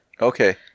Okay